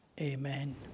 Amen